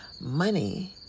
money